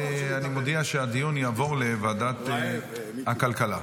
אני מודיע שהדיון יעבור לוועדת הכלכלה.